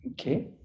Okay